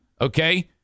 Okay